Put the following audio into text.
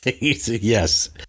Yes